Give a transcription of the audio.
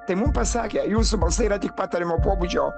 tai mum pasakė jūsų balsai yra tik patariamojo pobūdžio